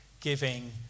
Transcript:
giving